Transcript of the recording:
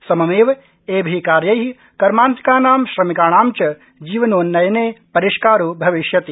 सममेव एभि कार्यै कर्मान्तिकानां श्रमिकाणां च जीवनोन्नयने परिष्कारो अविष्यति